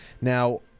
Now